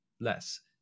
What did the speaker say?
less